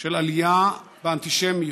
של עלייה באנטישמיות.